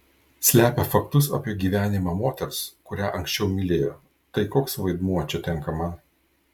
slepia faktus apie gyvenimą moters kurią anksčiau mylėjo tai koks vaidmuo čia tenka man